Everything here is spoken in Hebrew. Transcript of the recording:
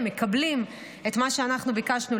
הם מקבלים את מה שאנחנו ביקשנו,